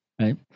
Right